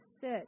sit